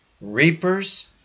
reapers